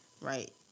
right